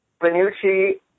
Benucci